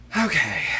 Okay